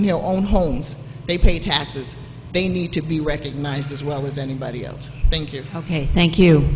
t you know on homes they pay taxes they need to be recognized as well as anybody else thank you ok thank you